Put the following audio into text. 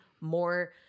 more